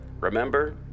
Remember